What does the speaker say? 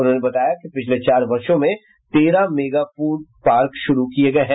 उन्होंने बताया कि पिछले चार वर्षो में तेरह मेगा फूड पार्क शुरू किये गये हैं